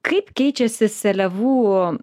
kaip keičiasi seliavų